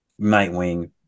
nightwing